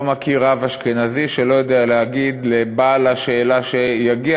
מכיר רב אשכנזי שלא יודע להגיד לבעל השאלה שיגיע